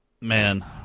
Man